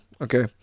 okay